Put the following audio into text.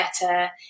better